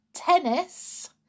Tennis